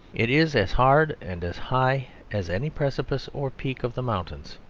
it is as hard and as high as any precipice or peak of the mountains.